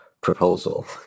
proposal